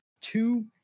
two